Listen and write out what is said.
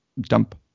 dump